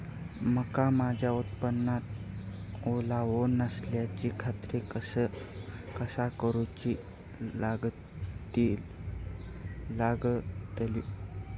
मका माझ्या उत्पादनात ओलावो नसल्याची खात्री कसा करुची लागतली?